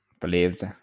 believes